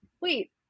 wait